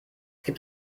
gibt